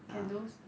candles